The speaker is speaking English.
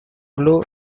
blow